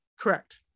correct